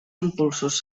impulsos